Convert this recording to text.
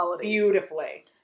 Beautifully